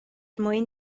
mwyn